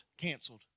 canceled